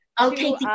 Okay